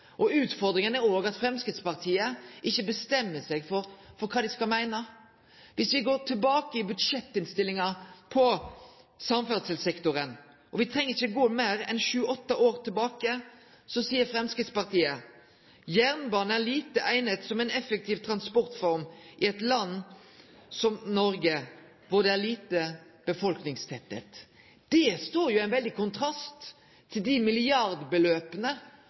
er òg at Framstegspartiet ikkje bestemmer seg for kva dei skal meine. Om vi går tilbake i budsjettinnstillingane på samferdselssektoren – og vi treng ikkje gå lenger enn sju–åtte år tilbake – skriv Framstegspartiet at jernbane er «lite egnet som en effektiv transportform i et land som Norge hvor det er liten befolkningstetthet». Det står i veldig kontrast til